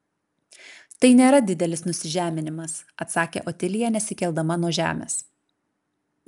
tai nėra didelis nusižeminimas atsakė otilija nesikeldama nuo žemės